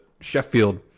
Sheffield